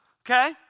Okay